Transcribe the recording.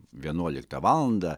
vienuoliktą valandą